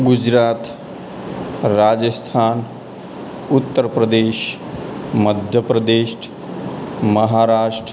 Gujarat Rajasthan Uttar Pradesh Madhya Pradesh Maharashtra